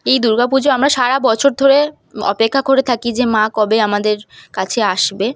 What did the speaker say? এই দুর্গা পূজা আমরা সারা বছর ধরে অপেক্ষা করে থাকি যে মা কবে আমাদের কাছে আসবে